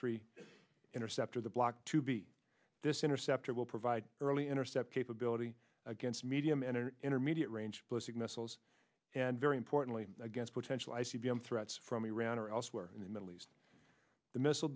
three interceptor the block to be this interceptor will provide early intercept capability against medium and an intermediate range ballistic missiles and very importantly against potential i c b m threats from iran or elsewhere in the middle east the missile